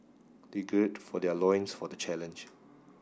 they gird for their loins for the challenge